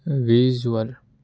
visual